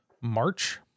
March